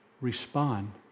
Respond